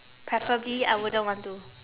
preferably I wouldn't want to